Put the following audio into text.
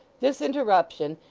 this interruption,